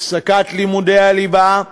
הפסקת לימודי הליבה,